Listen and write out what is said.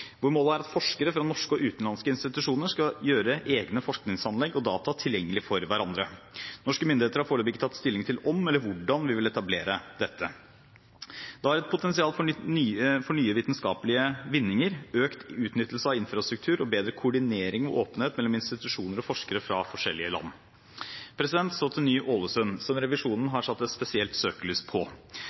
hvor målet er at forskere fra norske og utenlandske institusjoner skal gjøre egne forskningsanlegg og data tilgjengelig for hverandre. Norske myndigheter har foreløpig ikke tatt stilling til om – eller hvordan – vi vil etablere dette. Det har et potensial for vitenskapelige nyvinninger, økt utnyttelse av infrastruktur og bedre koordinering og åpenhet mellom institusjoner og forskere fra forskjellige land. Så til Ny-Ålesund, som Riksrevisjonen har satt et spesielt søkelys på.